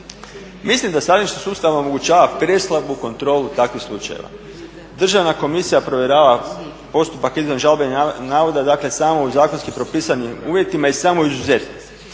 Mislim da … sustav omogućava preslabu kontrolu takvih slučajeva. Državna komisija provjerava postupak izvan žalbenih navoda dakle samo u zakonski propisanim uvjetima i samo izuzetno,